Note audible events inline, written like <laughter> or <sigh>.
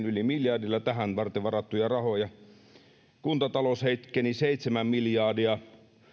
<unintelligible> yli miljardilla tähän varten varattuja rahoja kuntatalous heikkeni seitsemän miljardia